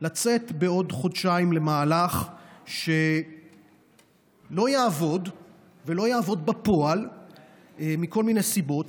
לצאת בעוד חודשיים למהלך שלא יעבוד ולא יעבוד בפועל מכל מיני סיבות,